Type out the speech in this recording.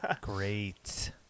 Great